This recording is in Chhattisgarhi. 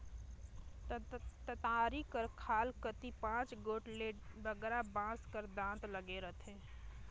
दँतारी कर खाल कती पाँच गोट ले बगरा बाँस कर दाँत लगे रहथे